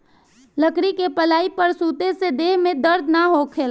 लकड़ी के पलाई पर सुते से देह में दर्द ना होखेला